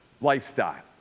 lifestyle